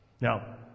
Now